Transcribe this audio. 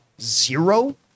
zero